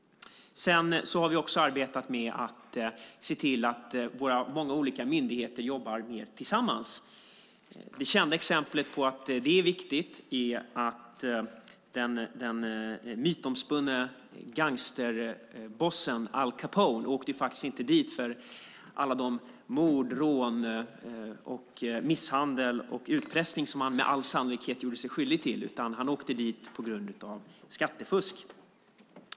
Sedan har vi arbetat med att se till att våra många olika myndigheter jobbar mer tillsammans. Det kända exemplet på att det är viktigt är att den mytomspunne gangsterbossen Al Capone faktiskt inte åkte dit för alla de mord, rån, misshandel och utpressning som han med all sannolikhet gjorde sig skyldig till, utan han åkte dit på grund av skattefusk.